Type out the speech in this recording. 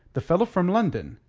the fellow from london,